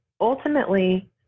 Ultimately